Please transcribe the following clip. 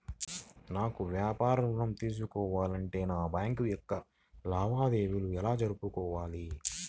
నాకు వ్యాపారం ఋణం తీసుకోవాలి అంటే నా యొక్క బ్యాంకు లావాదేవీలు ఎలా జరుపుకోవాలి?